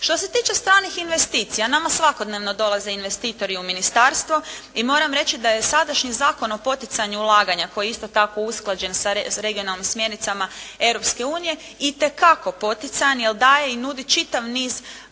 Što se tiče stranih investicija, nama svakodnevno dolaze investitori u ministarstvo i moram reći da je sadašnji Zakon o poticanju ulaganja koji je isto tako usklađen s regionalnim smjernicama Europske unije, itekako poticajan jer daje i nudi čitav niz poticaja